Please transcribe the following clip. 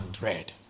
red